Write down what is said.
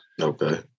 Okay